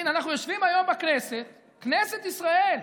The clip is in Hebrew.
הינה, אנחנו יושבים היום בכנסת, כנסת ישראל,